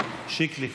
שיקלי.